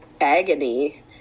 agony